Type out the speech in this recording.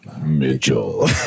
Mitchell